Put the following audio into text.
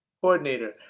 coordinator